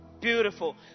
beautiful